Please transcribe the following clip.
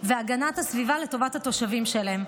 והגנת הסביבה לטובת התושבים שלהם.